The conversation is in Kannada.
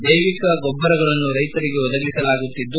ಜೈವಿಕ ಗೊಬ್ಲರಗಳನ್ನು ರೈತರಿಗೆ ಒದಗಿಸಲಾಗುತ್ತದೆ